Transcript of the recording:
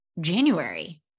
January